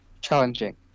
Challenging